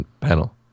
panel